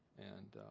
and